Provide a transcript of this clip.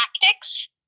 tactics